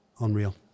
unreal